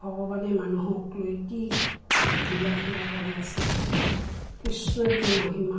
ভগৱানে মানুহক লৈ কি লীলা খেলা কৰি আছে কৃষ্ণৰ কি মহিমা